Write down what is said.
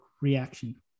reaction